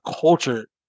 culture